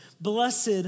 Blessed